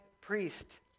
priest